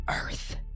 earth